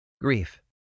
Grief